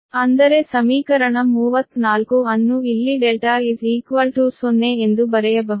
ಅಂದರೆ ಸಮೀಕರಣ 34 ಅನ್ನು ಇಲ್ಲಿ δ 0 ಎಂದು ಬರೆಯಬಹುದು